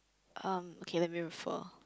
um okay let me refer